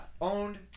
Owned